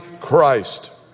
Christ